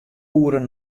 oeren